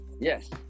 Yes